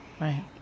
right